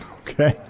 okay